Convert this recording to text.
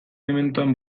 mementoan